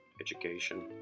education